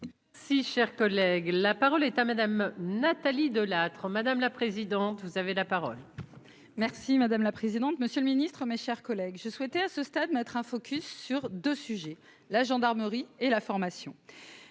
Si cher collègue, la parole est à Madame Nathalie Delattre, madame la présidente, vous avez la parole. Merci madame la présidente, monsieur le Ministre, mes chers collègues, je souhaitais à ce stade, mettre un focus sur 2 sujets, la gendarmerie et la formation,